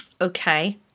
Okay